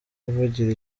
kuvugira